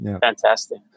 Fantastic